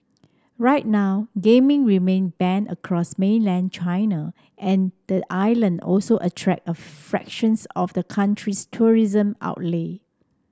right now gaming remain banned across mainland China and the island also attract a fractions of the country's tourism outlay